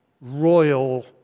royal